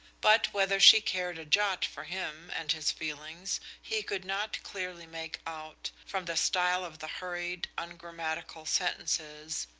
but whether she cared a jot for him and his feelings he could not clearly make out, from the style of the hurried, ungrammatical sentences,